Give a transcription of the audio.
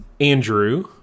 Andrew